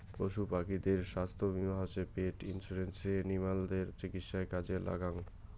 পশু পাখিদের ছাস্থ্য বীমা হসে পেট ইন্সুরেন্স এনিমালদের চিকিৎসায় কাজে লাগ্যাঙ